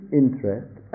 interest